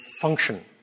function